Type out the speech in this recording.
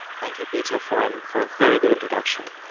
thank you, peter, for and for a very good introduction.